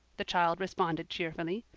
the child responded cheerfully.